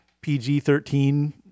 pg-13